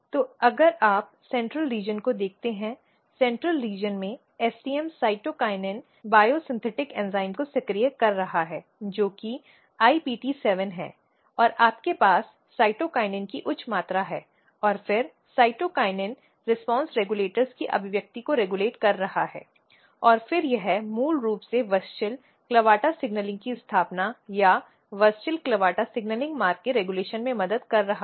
तो अगर आप मध्य क्षेत्र को देखते हैं मध्य क्षेत्र में STM साइटोकिनिन बायोसिंथेटिक एंजाइम को सक्रिय कर रहा है जो कि IPT7 है और आपके पास साइटोकिनिन की उच्च मात्रा है और फिर साइटोकिनिन साइटोकिनिन रिस्पांस रेगुलेटर की अभिव्यक्ति को रेगुलेट कर रहा है और फिर यह मूल रूप से WUSCHEL CLAVATA सिग्नलिंग की स्थापना या WUSCHEL CLAVATA सिग्नलिंग मार्ग के रेगुलेशन में मदद कर रहा है